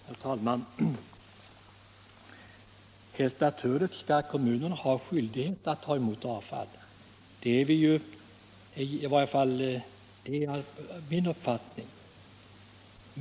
Herr talman! Helt naturligt skall kommunen ha skyldighet att ta emot avfallet. Det är i varje fall min uppfattning.